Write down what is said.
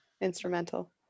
instrumental